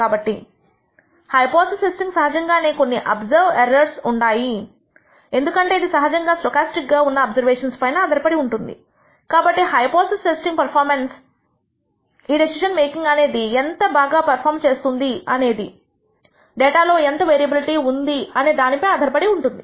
కాబట్టి hypothesis testing సహజంగానే కొన్ని అబ్సర్వ్ ఎర్రర్స్ ఉన్నాయి ఎందుకంటే ఇది సహజంగా స్టోకాస్టిక్ గా ఉన్న అబ్సర్వేషన్స్ పైన ఆధారపడి ఉంటుంది కాబట్టి హైపోథిసిస్ టెస్టింగ్ పెర్ఫార్మెన్స్ ఈ డెసిషన్ మేకింగ్ అనేది ఎంత బాగా పెర్ఫామ్ చేస్తుంది అనేది డేటా లో ఎంత వేరియబిలిటీ ఉంది అనే దానిపై ఆధారపడి ఉంటుంది